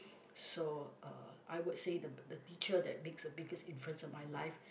so uh I would say the the teacher that make the biggest difference of my life